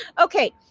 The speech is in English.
Okay